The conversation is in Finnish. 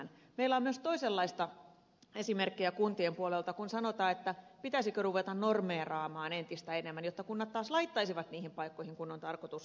meillä on myös toisenlaisia esimerkkejä kuntien puolelta kun sanotaan pitäisikö ruveta normeeraamaan entistä enemmän jotta kunnat taas laittaisivat varoja niihin paikkoihin kuin on tarkoitus laittaakin